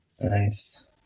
nice